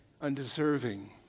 undeserving